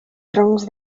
troncs